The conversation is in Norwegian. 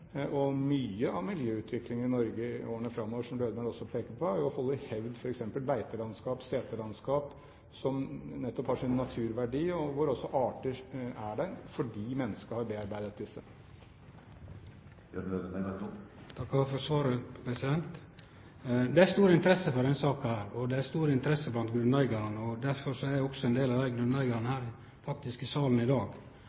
og mye av miljøutviklingen i Norge i årene framover, som Lødemel også peker på, er jo å holde i hevd f.eks. beitelandskap og seterlandskap, som nettopp har sin naturverdi, og hvor det også er arter, fordi mennesket har bearbeidet disse. Eg takkar for svaret. Det er stor interesse for denne saka. Det er stor interesse blant grunneigarane, og derfor er også ein del av